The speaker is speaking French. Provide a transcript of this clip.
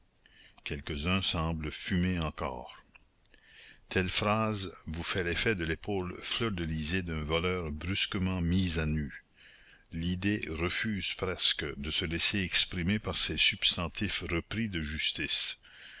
quelques-uns semblent fumer encore telle phrase vous fait l'effet de l'épaule fleurdelysée d'un voleur brusquement mise à nu l'idée refuse presque de se laisser exprimer par ces substantifs repris de justice